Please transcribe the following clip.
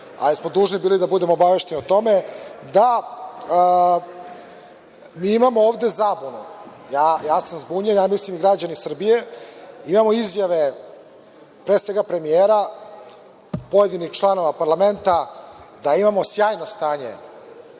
a jesmo dužni bili da budemo obavešteni o tome, da mi imamo ovde zabunu, ja sam zbunjen, a mislim i građani Srbije, imamo izjave, pre svega, premijera, pojedinih članova parlamenta da imamo sjajno stanje